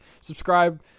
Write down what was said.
subscribe